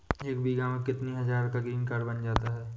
एक बीघा में कितनी हज़ार का ग्रीनकार्ड बन जाता है?